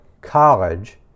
college